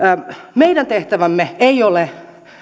meidän tehtävämme ei ole